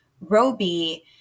Roby